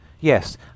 Yes